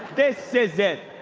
this is it.